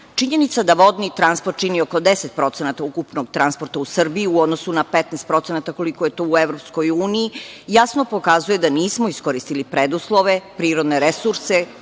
zamro. Činjenica da vodni transport čini oko 10% ukupnog transporta u Srbiji u odnosu na 15% koliko je to u EU, jasno pokazuje da nismo iskoristili preduslove, prirodne resurse